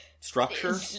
Structure